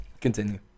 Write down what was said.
Continue